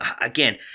again